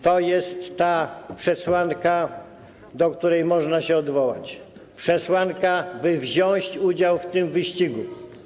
To jest ta przesłanka, do której można się odwołać, przesłanka, by wziąć udział w tym wyścigu.